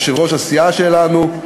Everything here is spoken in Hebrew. יושב-ראש הסיעה שלנו,